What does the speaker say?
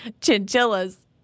chinchillas